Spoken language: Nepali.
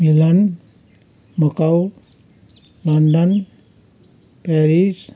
Milan Macau London Paris